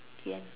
the end